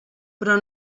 però